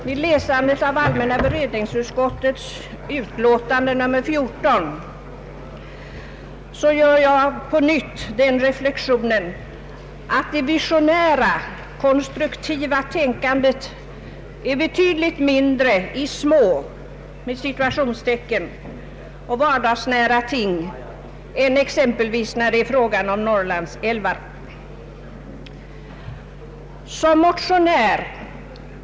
Vid läsningen av allmänna beredningsutskottets utlåtande nr 14 gör jag på nytt reflexionen att det visionära, konstruktiva tänkandet är betydligt mindre när det gäller ”små” och vardagsnära ting än då det exempelvis är fråga om Norrlandsälvarna.